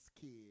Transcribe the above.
kids